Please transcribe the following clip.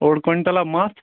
اوٚڈ کۅینٛٹل ہا مَژ